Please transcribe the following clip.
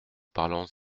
parlons